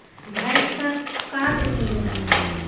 भैंस का देती है?